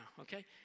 okay